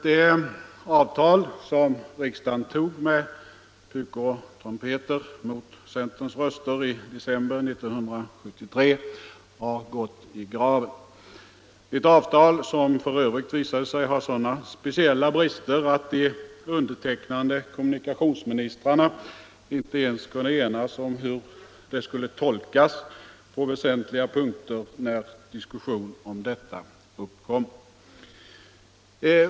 Det avtal som riksdagen tog med pukor och trumpeter mot centerns röster i december 1973 har gått i graven, ett avtal som f. ö. visade sig ha sådana speciella brister att de undertecknande kommunikationsministrarna inte ens kunde enas om hur det skulle tolkas på väsentliga punkter när diskussion om detta uppkom.